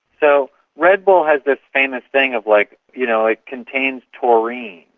so red bull has this famous thing of, like, you know it contains taurine.